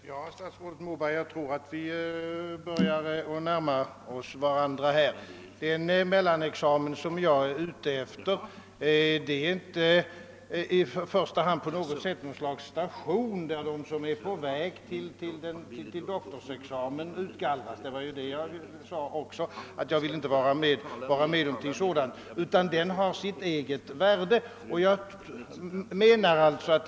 Herr talman! Jag tror att statsrådet Moberg och jag nu börjar närma oss varandra. Den mellanexamen jag är ute efter är inte i första hand något slags station där de som är på väg till doktorsexamen utgallras. Jag sade också att jag inte ville vara med om någonting sådant. En mellanexamen skall ha sitt eget värde.